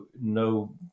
no